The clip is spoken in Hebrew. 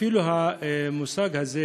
המושג הזה,